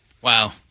Wow